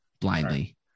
blindly